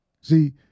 See